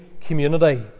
community